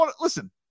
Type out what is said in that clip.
Listen